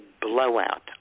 blowout